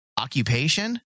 occupation